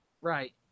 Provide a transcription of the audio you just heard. Right